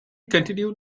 continued